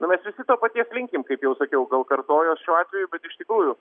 nu mes visi to paties linkim kaip jau sakiau gal kartojuos šiuo atveju bet iš tikrųjų